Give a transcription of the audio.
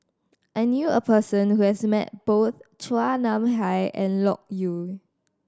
I knew a person who has met both Chua Nam Hai and Loke Yew